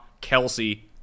Kelsey